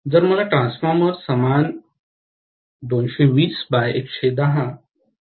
जर मला ट्रान्सफॉर्मर समान 220 बाय 110 2